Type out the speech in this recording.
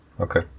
Okay